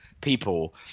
people